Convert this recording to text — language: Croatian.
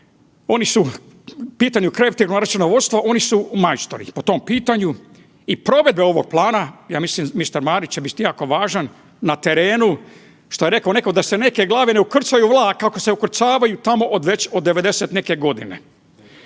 oni su u pitanju kreativnog računovodstva oni su majstori po tom pitanju. I provedbe ovog plana, ja mislim mister Marić će biti jako važan na terenu, što je reko neko da se neke glave ne ukrcaju u vlak kako se ukrcavaju tamo od već od 90 i neke godine.